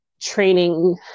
training